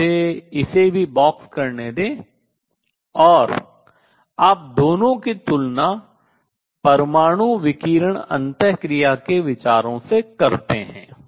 तो मुझे इसे भी बॉक्स करने दें और आप दोनों की तुलना परमाणु विकिरण अन्तःक्रिया के विचारों से करते हैं